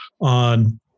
on